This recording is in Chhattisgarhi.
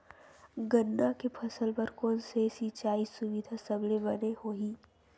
गन्ना के फसल बर कोन से सिचाई सुविधा सबले बने होही?